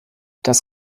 das